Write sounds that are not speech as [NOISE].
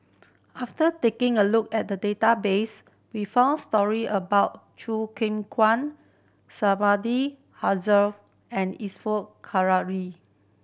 after taking a look at the database we found story about Choo Keng Kwang [UNINTELLIGIBLE] and [UNINTELLIGIBLE]